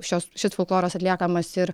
šios šis folkloras atliekamas ir